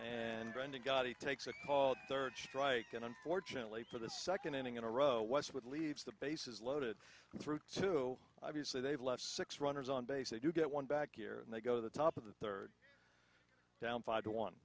and brendan got he takes a call third strike and unfortunately for the second inning in a row westwood leaves the bases loaded through to obviously they've left six runners on base they do get one back here and they go to the top of the third down five to one